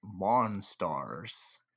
Monstars